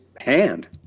hand